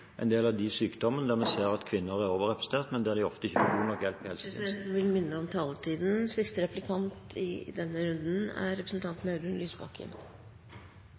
en del av de sykdommene der man ser at kvinner er overrepresentert, men der de ofte ikke Presidenten vil minne om taletiden.